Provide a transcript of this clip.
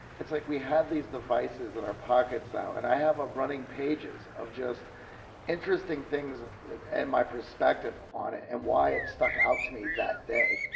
it's like we have these devices in our pockets now, and i have a running pages of just interesting things and my perspective on it and why it stuck out to me that day.